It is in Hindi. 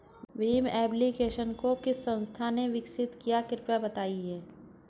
भीम एप्लिकेशन को किस संस्था ने विकसित किया है कृपया बताइए?